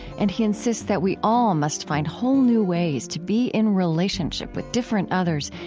and he insists that we all must find whole new ways to be in relationship with different others,